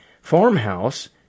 farmhouse